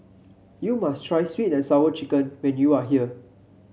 you must try sweet and Sour Chicken when you are here